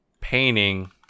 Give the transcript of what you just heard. painting